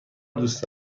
دوست